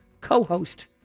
co-host